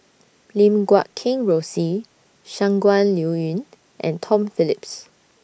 Lim Guat Kheng Rosie Shangguan Liuyun and Tom Phillips